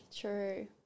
True